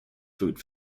food